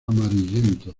amarillento